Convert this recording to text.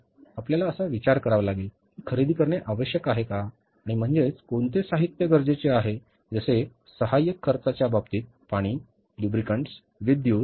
आपल्याला असा विचार करावा लागेल की खरेदी करणे आवश्यक आहे आणि म्हणजे कोणते साहित्य गरजेचे आहे जसे सहाय्यक खर्चाच्या बाबतीत पाणी लुब्रिकँटस विद्युत